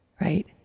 right